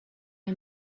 این